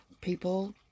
people